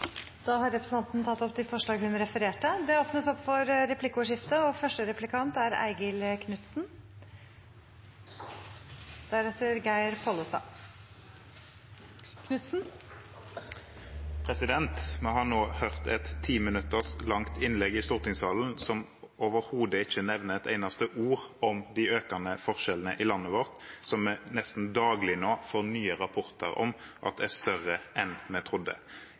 har fremmet. Da har representanten Siv Jensen tatt opp det forslaget hun viste til. Det blir replikkordskifte. Vi har nå hørt et timinutters langt innlegg i stortingssalen som overhodet ikke nevner et eneste ord om de økende forskjellene i landet vårt, som vi nesten daglig får nye rapporter om at er større enn vi trodde.